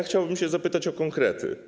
Chciałbym zapytać o konkrety.